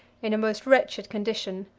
in a most wretched condition,